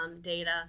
data